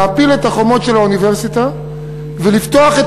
להפיל את החומות של האוניברסיטה ולפתוח את